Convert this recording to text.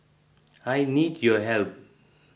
I need your help